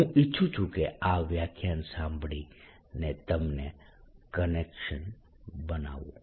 હું ઇચ્છું છું કે આ વ્યાખ્યાન સાંભળીને તમે આ કનેક્શન બનાવો